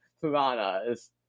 piranhas